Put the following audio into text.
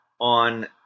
on